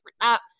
up